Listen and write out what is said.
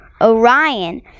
orion